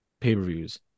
pay-per-views